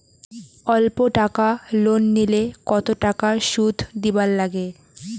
অল্প টাকা লোন নিলে কতো টাকা শুধ দিবার লাগে?